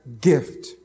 gift